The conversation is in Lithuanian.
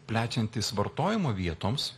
plečiantis vartojimo vietoms